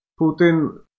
Putin